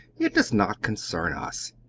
it does not concern us.